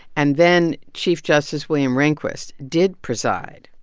and then, chief justice william rehnquist did preside.